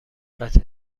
قطعه